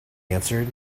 answered